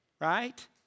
Right